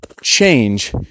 change